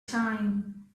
time